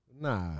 Nah